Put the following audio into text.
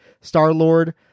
Star-Lord